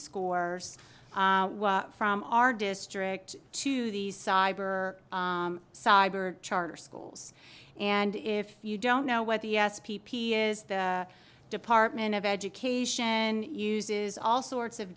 score from our district to these cyber cyber charter schools and if you don't know what the s p p is the department of education uses all sorts of